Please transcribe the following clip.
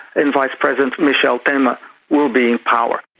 and vice president michel temer will be in power.